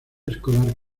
escolar